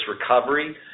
recovery